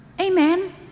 Amen